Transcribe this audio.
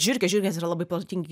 žiurkes žiurkės yra labai protingi